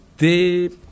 deep